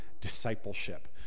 discipleship